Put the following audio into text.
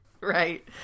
Right